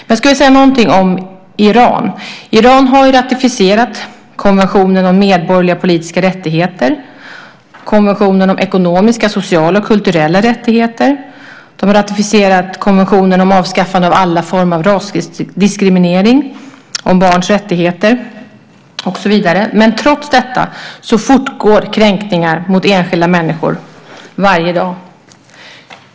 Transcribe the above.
Jag ska säga någonting om Iran. Iran har ratificerat konventionen om medborgerliga politiska rättigheter och konventionen om ekonomiska, sociala och kulturella rättigheter. De har ratificerat konventionen om avskaffande av alla former av rasdiskriminering, om barns rättigheter och så vidare. Trots detta fortgår kränkningar mot enskilda människor varje dag.